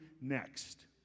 next